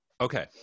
Okay